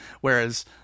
Whereas